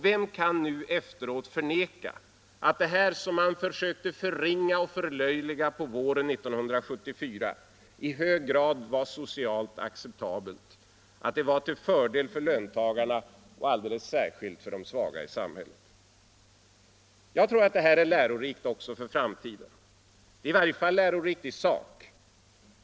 Vem kan nu efteråt förneka att detta — som man försökte förringa och förlöjliga våren 1974 — i hög grad var ”socialt acceptabelt”, att det var till fördel för löntagarna och alldeles särskilt för de svaga i samhället? Jag tror det här är lärorikt också för framtiden. Lärorikt i sak.